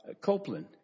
Copeland